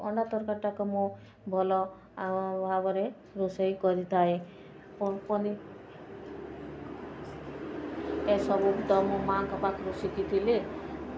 ଅଣ୍ଡା ତରକାରୀଟାକୁ ମୁଁ ଭଲ ଭାବରେ ରୋଷେଇ କରିଥାଏ ଓ ଏ ସବୁତ ମୁଁ ମାଆଙ୍କ ପାଖରୁ ଶିଖିଥିଲି